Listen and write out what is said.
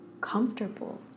comfortable